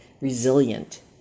resilient